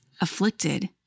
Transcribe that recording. afflicted